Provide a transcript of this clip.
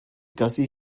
gussie